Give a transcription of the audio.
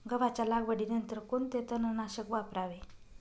गव्हाच्या लागवडीनंतर कोणते तणनाशक वापरावे?